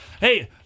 Hey